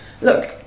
look